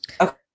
Okay